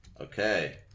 Okay